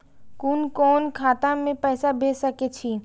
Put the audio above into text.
कुन कोण खाता में पैसा भेज सके छी?